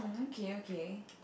okay okay